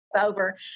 over